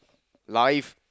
life